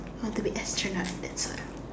I want to be astronaut sort of